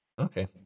Okay